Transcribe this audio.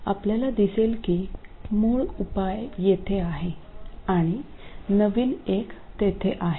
आपल्याला दिसेल की मूळ उपाय येथे आहे आणि नवीन एक तेथे आहे